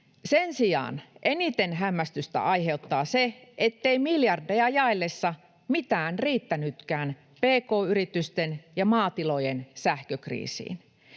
Sen sijaan eniten hämmästystä aiheuttaa se, ettei miljardeja jaellessa mitään riittänytkään pk-yritysten ja maatilojen sähkökriisiin.